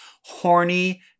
horny